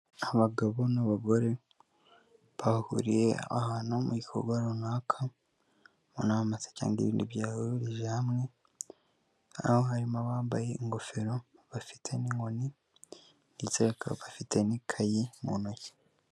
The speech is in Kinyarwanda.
Abagabo n'abagore bahuriye ahantu mu gikorwa runaka, mu nama cyangwa se ibindi bintu byabahurije hamwe, aho harimo bambaye ingofero bafite n'inkoni ndetse bakaba bafite n'kayi mu ntoki.